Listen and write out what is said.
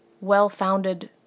well-founded